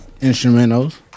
Instrumentals